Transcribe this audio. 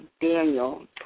Daniel